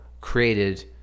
created